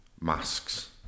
masks